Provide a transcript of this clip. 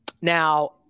Now